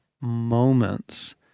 moments